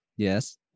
Yes